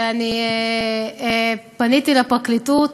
ופניתי לפרקליטות